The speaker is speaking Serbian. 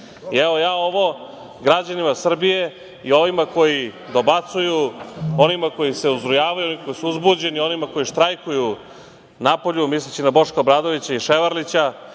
Evo, ja ovo građanima Srbije i ovima koji dobacuju, onima koji se uzrujavaju, onima koji su uzbuđeni, onima koji štrajkuju napolju, misleći na Boška Obradovića i Ševarlića